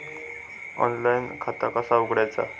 Online खाता कसा उघडायचा?